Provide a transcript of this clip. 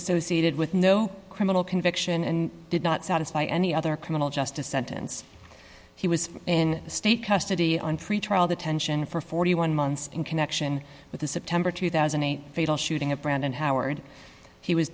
associated with no criminal conviction and did not satisfy any other criminal justice sentence he was in state custody on pretrial detention for forty one months in connection with the september two thousand and eight fatal shooting at brandon howard he was